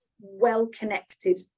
well-connected